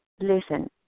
listen